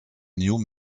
new